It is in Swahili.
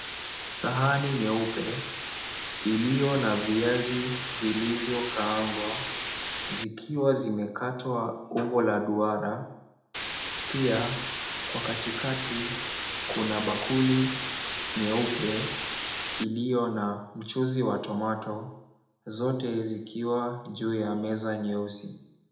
Sahani nyeupe iliyo na viazi vilivyo kaangwa zikiwa zimekatwa umbo la duara. Pia kwa katikati kuna bakuli nyeupe, iliyo na mchuzi wa tomato , zote zikiwa juu ya meza nyeusi.